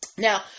Now